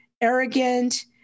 arrogant